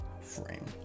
frame